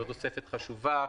זאת תוספת חשובה,